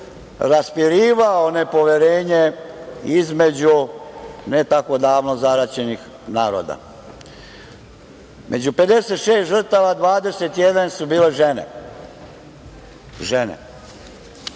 raspirivao nepoverenje između ne tako davno zaraćenih naroda.Među 56 žrtava 21 su bile žene, žene,